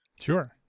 Sure